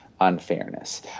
unfairness